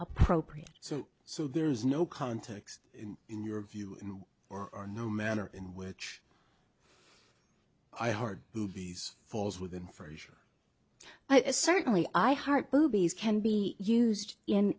appropriate so so there is no context in your view or are no manner in which i hard these falls within frazier but certainly i heart boobies can be used in